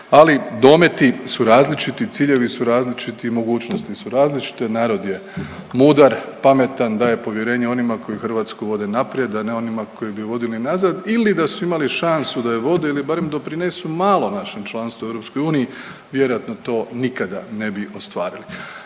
Ali dometi su različiti, ciljevi su različiti, mogućnosti su različite, narod je mudar, pametan, daje povjerenje onima koji Hrvatsku vode naprijed, a ne onima koji bi ju vodili nazad ili da su imali šansu da ju vode ili barem doprinesu malo našem članstvu u EU vjerojatno to nikada ne bi ostvarili,